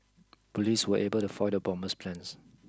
police were able to foil the bomber's plans